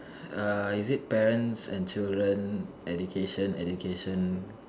err is it parents and children education education